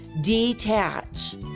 Detach